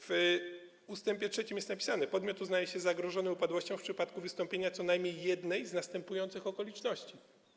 W ust. 3 jest napisane: Podmiot uznaje się za zagrożony upadłością w przypadku wystąpienia co najmniej jednej z następujących okoliczności.